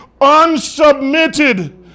unsubmitted